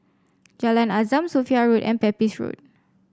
Jalan Azam Sophia Road and Pepys Road